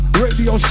radio